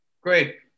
Great